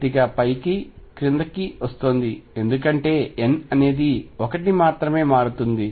కొద్దిగా పైకి క్రిందికి వస్తోంది ఎందుకంటే n అనేది 1 మాత్రమే మారుతుంది